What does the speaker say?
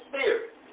spirit